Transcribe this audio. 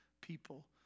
people